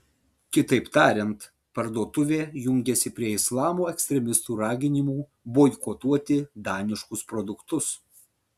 kitaip tariant parduotuvė jungiasi prie islamo ekstremistų raginimų boikotuoti daniškus produktus